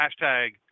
Hashtag